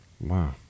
Wow